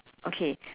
okay